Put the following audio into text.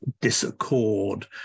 disaccord